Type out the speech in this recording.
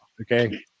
okay